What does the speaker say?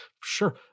sure